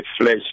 flesh